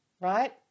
Right